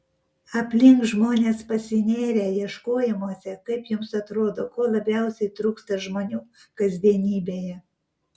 aplink žmonės pasinėrę ieškojimuose kaip jums atrodo ko labiausiai trūksta žmonių kasdienybėje